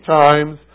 times